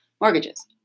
mortgages